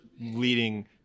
leading